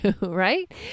Right